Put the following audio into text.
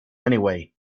anyway